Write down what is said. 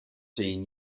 seen